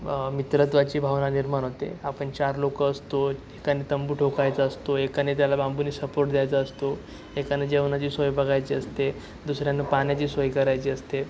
मित्रत्वाची भावना निर्माण होते आपण चार लोकं असतो एकाने तंबू ठोकायचा असतो एकाने त्याला बांबूने सपोर्ट द्यायचा असतो एकानं जेवणाची सोय बघायची असते दुसऱ्यानं पाण्याची सोय करायची असते